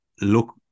look